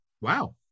wow